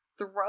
Throw